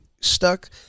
stuck